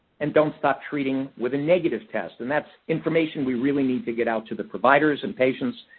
and don't stop treating with a negative test. and that's information we really need to get out to the providers and patients.